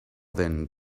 than